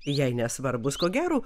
jai nesvarbus ko gero